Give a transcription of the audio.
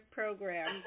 program